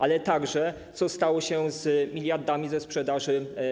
Ale także co stało się z miliardami ze sprzedaży